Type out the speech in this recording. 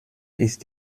ist